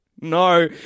No